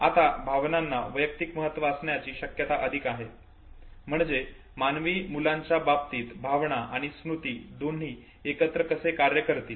आता भावनांना वैयक्तिक महत्व असण्याची शक्यता अधिक आहे म्हणजे मानवी मुलांच्या बाबतीत भावना आणि स्मृती दोन्ही एकत्र कसे कार्य करतील